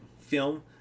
film